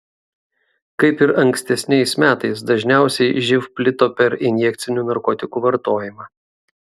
kaip ir ankstesniais metais dažniausiai živ plito per injekcinių narkotikų vartojimą